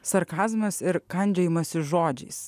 sarkazmas ir kandžiojimasis žodžiais